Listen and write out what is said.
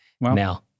Now